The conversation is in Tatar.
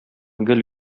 гел